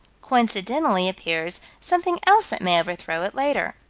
coincidentally appears something else that may overthrow it later.